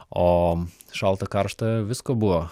o šalta karšta visko buvo